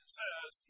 says